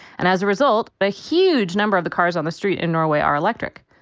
and as a result, but a huge number of the cars on the street in norway are electric.